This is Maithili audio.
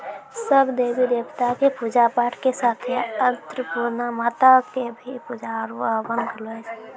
सब देवी देवता कॅ पुजा पाठ के साथे अन्नपुर्णा माता कॅ भी पुजा आरो हवन करलो जाय छै